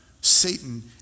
Satan